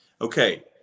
Okay